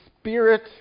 spirit